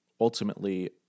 ultimately